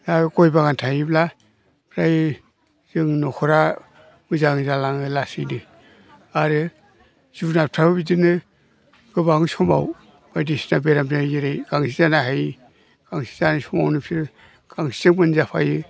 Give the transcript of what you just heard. गय बागान थायोब्ला ओइ जों न'खरा मोजां जालाङो लासैनो आरो जुनारफ्राबो बिदिनो गोबां समाव बायदिसिना बेमार जायो जेरै गांसो जानो हायि गांसो जानाय समावनो बिसोरो गांसोजों मोनजाफायो